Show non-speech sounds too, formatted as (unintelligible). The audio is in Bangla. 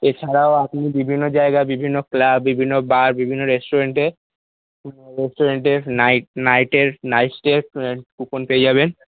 এছাড়াও আপনি বিভিন্ন জায়গায় বিভিন্ন ক্লাব বিভিন্ন বার বিভিন্ন রেস্টুরেন্টে (unintelligible) নাইট নাইটের নাইট স্টের কুপন পেয়ে যাবেন